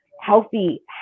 healthy